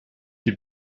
die